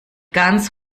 ganz